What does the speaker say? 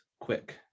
quick